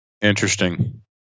Interesting